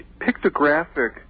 pictographic